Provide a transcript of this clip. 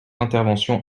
intervention